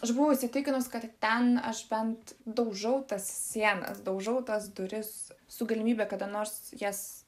aš buvau įsitikinus kad ten aš bent daužau tas sienas daužau tas duris su galimybe kada nors jas